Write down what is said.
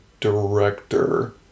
director